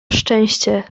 szczęście